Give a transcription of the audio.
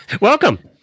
Welcome